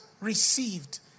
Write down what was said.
received